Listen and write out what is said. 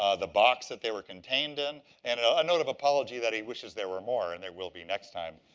ah the box that they were contained in, and a note of apology that he wishes there were more, and there will be next time.